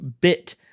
bit